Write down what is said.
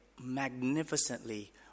magnificently